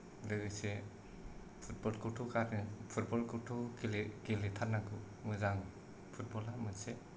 लोगोसे फुटबल खौथ' गारनो फुटबल खौथ' गेले गेलेथारनांगौ मोजां फुटबला मोनसे